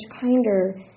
kinder